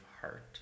Heart